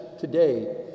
today